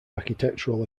architectural